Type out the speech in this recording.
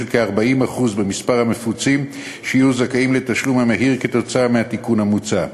כ-40% במספר המפוצים שיהיו זכאים לתשלום המהיר כתוצאה מהתיקון המוצע.